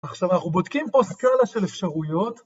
עכשיו אנחנו בודקים פה סקאלה של אפשרויות.